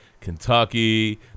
Kentucky